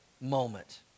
moment